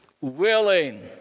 willing